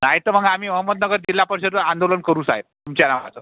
नाही तर मग आम्ही अहमदनगर जिल्हा परिषदवर आंदोलन करू साहेब तुमच्या नावाचं